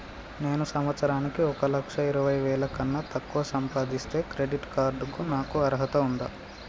నేను సంవత్సరానికి ఒక లక్ష ఇరవై వేల కన్నా తక్కువ సంపాదిస్తే క్రెడిట్ కార్డ్ కు నాకు అర్హత ఉందా?